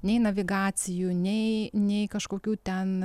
nei navigacijų nei nei kažkokių ten